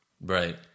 Right